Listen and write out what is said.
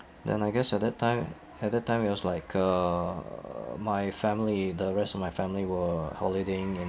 then I guess at that time at that time it was like uh my family the rest of my family were holidaying in